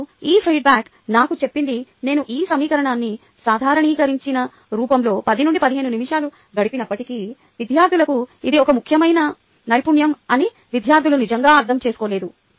ఇప్పుడు ఈ ఫీడ్బ్యాక్ నాకు చెప్పింది నేను ఈ సమీకరణాన్ని సాధారణీకరించిన రూపంలో 10 నుండి 15 నిమిషాలు గడిపినప్పటికీ విద్యార్థులకు ఇది ఒక ముఖ్యమైన నైపుణ్యం అని విద్యార్థులు నిజంగా అర్థం చేసుకోలేదు